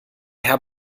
herr